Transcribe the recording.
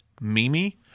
Mimi